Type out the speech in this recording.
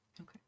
Okay